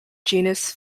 genus